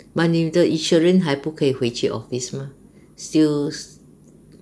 but 你的 insurance 还不可以回去 office !huh! still